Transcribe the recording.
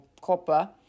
Copper